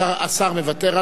התשע"ב 2012,